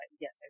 Yes